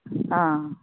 आं